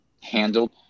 handled